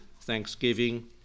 thanksgiving